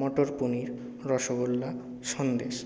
মটর paneer rasgulla Sandesh